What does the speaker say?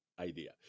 idea